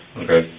okay